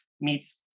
meets